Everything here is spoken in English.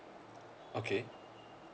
okay